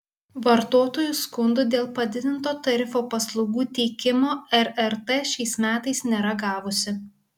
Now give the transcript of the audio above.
vartotojų skundų dėl padidinto tarifo paslaugų teikimo rrt šiais metais nėra gavusi